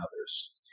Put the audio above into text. others